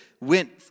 went